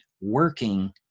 working